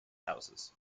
houses